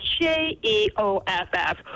J-E-O-F-F